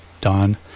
Don